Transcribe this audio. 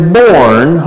born